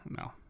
no